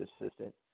assistant